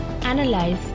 analyze